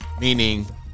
meaning